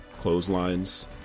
clotheslines